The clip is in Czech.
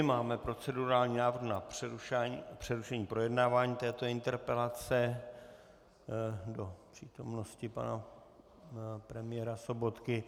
Máme procedurální návrh na přerušení projednávání této interpelace do přítomnosti pana premiéra Sobotky.